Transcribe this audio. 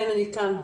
שלום.